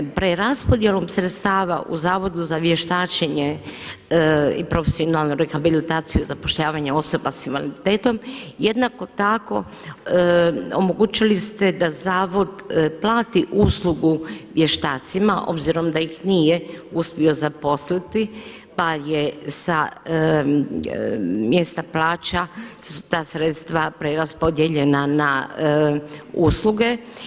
Preraspodjelom sredstava u Zavodu za vještačenje i profesionalnu rehabilitaciju i zapošljavanje osoba sa invaliditetom jednako tako omogućili ste da zavod plati uslugu vještacima obzirom da ih nije uspio zaposliti, pa je sa mjesta plaća ta sredstva preraspodijeljena na usluge.